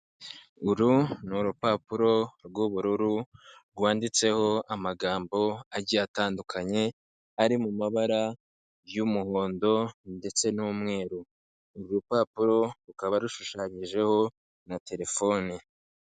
Uru ni urupapuro rw'ubururu rwanditseho amagambo agiye atandukanye ari mu mabara y'umuhondo ndetse n'mweru. Uru rupapuro rukaba rushushanyijeho na terefone.